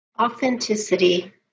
Authenticity